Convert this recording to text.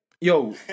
Yo